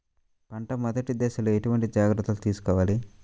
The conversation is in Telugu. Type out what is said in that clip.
పంట మెదటి దశలో ఎటువంటి జాగ్రత్తలు తీసుకోవాలి?